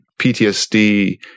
PTSD